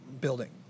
building